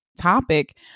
topic